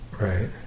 Right